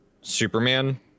Superman